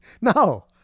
No